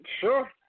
Sure